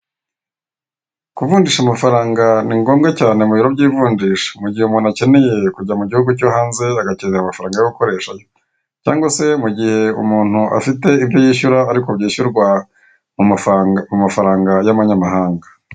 Kuvunjisha amafaranga ni ngombwa cyane mu biro by'ivunjisha mugihe umuntu akeneye kujya mu gihugu cyo hanze agakenera amafaranga yo gukoreshayo cyangwa se mugihe umuntu afite ibyo yishyura ariko byishyurwa mu mafaranga y'amanyamahanga.